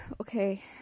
okay